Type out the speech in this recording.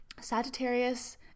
Sagittarius